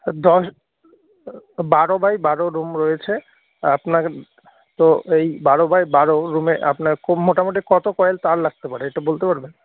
দশ বারো বাই বারো রুম রয়েছে আপনাকে তো এই বারো বাই বারো রুমে আপনার খুব মোটামুটি কত কয়েল তার লাগতে পারে এটা বলতে পারবেন